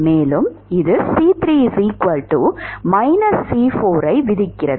மேலும் இது ஐ விதிக்கிறது